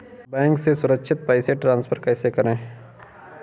Bank से सुरक्षित पैसे ट्रांसफर कैसे करें?